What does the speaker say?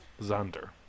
Xander